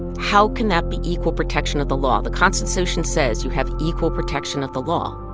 how can that be equal protection of the law? the constitution says you have equal protection of the law.